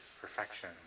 perfection